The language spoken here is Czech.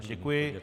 Děkuji.